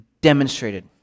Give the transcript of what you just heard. demonstrated